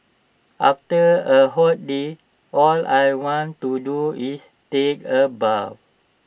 after A hot day all I want to do is take A bath